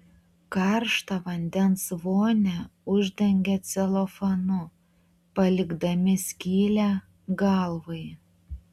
karštą vandens vonią uždengia celofanu palikdami skylę galvai